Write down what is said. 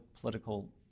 political